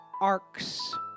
arcs